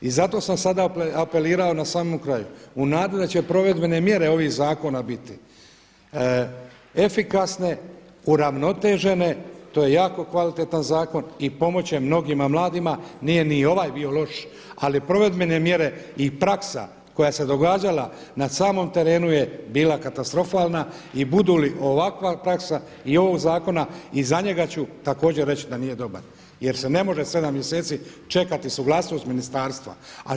I zato sam sada apelirao na samom kraju u nadi da će provedbene mjere ovih zakona biti efikasne, uravnotežene, to je jako kvalitetan zakon i pomoći će mnogima mladima, nije ni ovaj bio loš ali provedbene mjere i praksa koja se događala na samom terenu je bila katastrofalna i bude li ovakva praksa i ovog zakona i za njega ću također reći da nije dobar jer se ne može 7 mjeseci čekati suglasnost ministarstva.